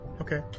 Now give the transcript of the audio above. okay